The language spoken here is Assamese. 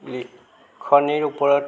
লিখনিৰ ওপৰত